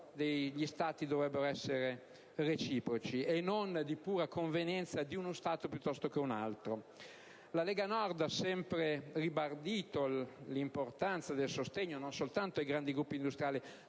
degli Stati dovrebbero essere reciproci e non di pura convenienza di uno Stato rispetto ad un altro. La Lega Nord ha sempre ribadito l'importanza del sostegno non soltanto ai grandi gruppi industriali